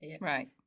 right